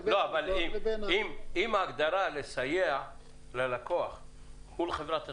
אם ההגדרה לסייע ללקוח מול חברת התעופה,